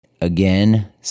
again